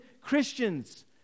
Christians